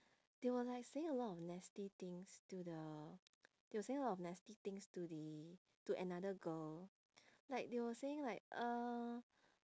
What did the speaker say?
they were like saying a lot of nasty things to the they were saying a lot of nasty things to the to another girl like they were saying like uh